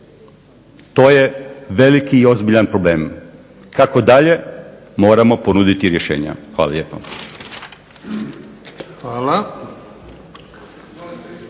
To je velik i ozbiljan problem. Kako dalje, moramo ponuditi rješenja. Hvala lijepa.